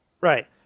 right